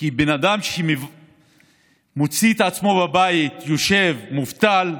כי בן אדם שמוצא את עצמו בבית, יושב, מובטל,